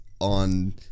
on